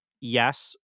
yes